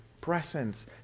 presence